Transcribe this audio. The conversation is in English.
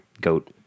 GOAT